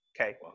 okay